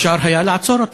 אפשר היה לעצור אותו,